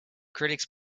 critics